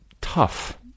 tough